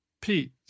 Pete